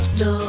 no